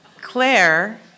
Claire